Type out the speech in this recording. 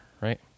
right